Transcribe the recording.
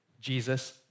Jesus